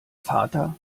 vater